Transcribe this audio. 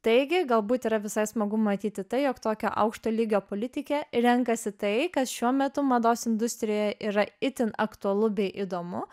taigi galbūt yra visai smagu matyti tai jog tokio aukšto lygio politikė renkasi tai kas šiuo metu mados industrijoje yra itin aktualu bei įdomu